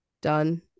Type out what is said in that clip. done